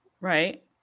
Right